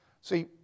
See